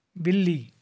ਬਿੱਲੀ